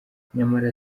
nyamara